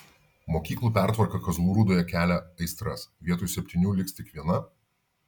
mokyklų pertvarka kazlų rūdoje kelia aistras vietoj septynių liks tik viena